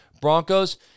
Broncos